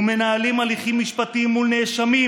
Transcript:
ומנהלים הליכים משפטיים מול נאשמים,